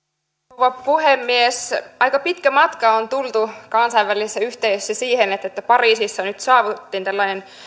rouva puhemies aika pitkä matka on tultu kansainvälisessä yhteisössä siihen että että pariisissa nyt saavutettiin tällainen